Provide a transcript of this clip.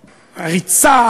הריצה,